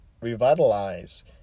revitalize